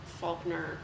Faulkner